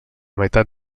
meitat